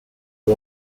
for